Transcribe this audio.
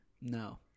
no